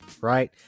right